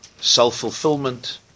self-fulfillment